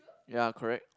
ya correct